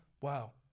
Wow